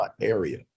area